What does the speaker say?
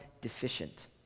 deficient